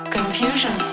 Confusion